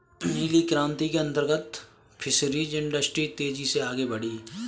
नीली क्रांति के अंतर्गत फिशरीज इंडस्ट्री तेजी से आगे बढ़ी